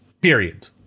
period